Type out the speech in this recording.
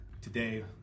today